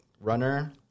runner